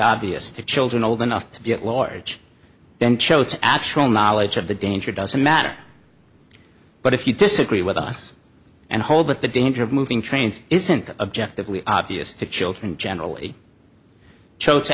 obvious to children old enough to be at large then choate's actual knowledge of the danger doesn't matter but if you disagree with us and hold that the danger of moving trains isn't objectively obvious to children generally cho